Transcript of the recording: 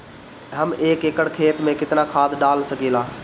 हम एक एकड़ खेत में केतना खाद डाल सकिला?